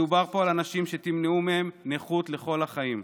מדובר פה על אנשים שתמנעו מהם נכות לכל החיים.